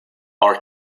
are